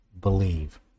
believe